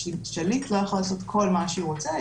שהשליט לא יכול לעשות כל מה שהוא רוצה,